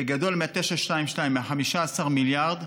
בגדול, מה-922, מה-15 מיליארד,